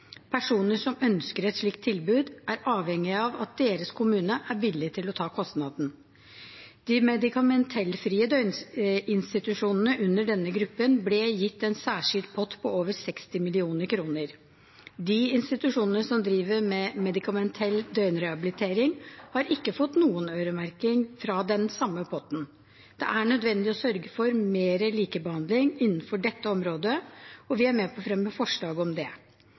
Personer som ønsker et slikt tilbud, er avhengig av at deres kommune er villig til å ta kostnaden. De medikamentellfrie døgninstitusjonene under denne gruppen ble gitt en særskilt pott på over 60 mill. kr. De institusjonene som driver med medikamentell døgnrehabilitering, har ikke fått noen øremerkning fra den samme potten. Det er nødvendig å sørge for mer likebehandling innenfor dette området, og vi er med på å fremme forslag om det.